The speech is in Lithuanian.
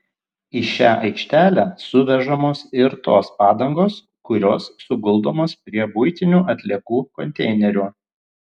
į šią aikštelę suvežamos ir tos padangos kurios suguldomos prie buitinių atliekų konteinerių